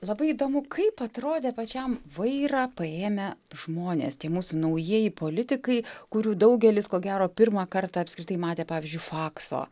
labai įdomu kaip atrodė pačiam vairą paėmę žmonės tie mūsų naujieji politikai kurių daugelis ko gero pirmą kartą apskritai matė pavyzdžiui fakso